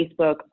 Facebook